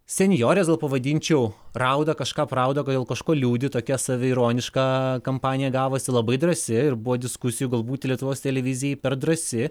senjorės gal pavadinčiau rauda kažką aprauda kodėl kažko liūdi tokia save ironiška kampanija gavosi labai drąsi ir buvo diskusijų galbūt lietuvos televizijai per drąsi